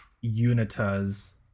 unitas